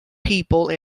people